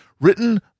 written